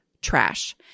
trash